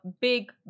big